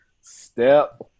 Step